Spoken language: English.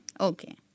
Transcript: Okay